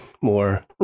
more